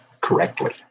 correctly